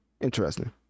interesting